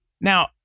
Now